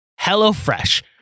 HelloFresh